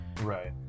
Right